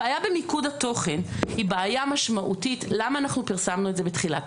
הבעיה במיקוד התוכן היא בעיה משמעותית למה אנחנו פרסמנו את זה בתחילת